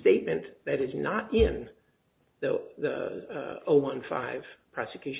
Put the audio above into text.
statement that is not in a one five prosecution